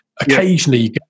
occasionally